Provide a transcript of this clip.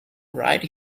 right